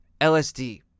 LSD